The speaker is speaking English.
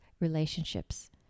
relationships